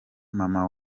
mama